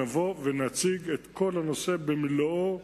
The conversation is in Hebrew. שנבוא ונציג את כל הנושא במלואו,